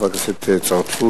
של חבר הכנסת צרצור,